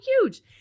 huge